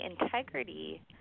integrity